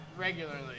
Regularly